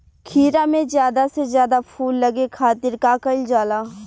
खीरा मे ज्यादा से ज्यादा फूल लगे खातीर का कईल जाला?